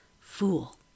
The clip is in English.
Fool